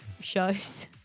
shows